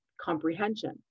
comprehension